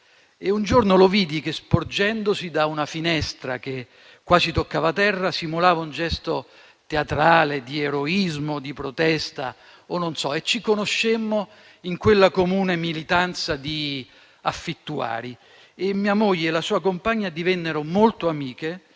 Un giorno lo vidi che, sporgendosi da una finestra che quasi toccava terra, simulava un gesto teatrale, di eroismo o di protesta o non so. Ci conoscemmo in quella comune militanza di affittuari. Mia moglie e la sua compagna divennero molto amiche,